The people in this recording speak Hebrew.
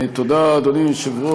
תודה, אדוני היושב-ראש.